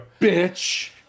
Bitch